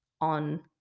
on